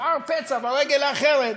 נפער פצע ברגל האחרת.